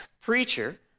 preacher